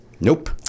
Nope